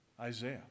Isaiah